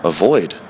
avoid